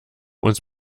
uns